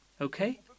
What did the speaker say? Okay